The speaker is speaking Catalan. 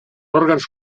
òrgans